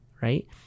right